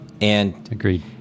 Agreed